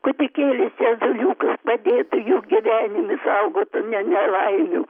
kūdikėlis jėzuliukas padėtų jum gyvenime saugotų ne nelaimių